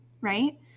right